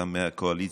גם מהקואליציה.